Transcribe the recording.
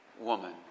woman